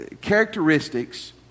characteristics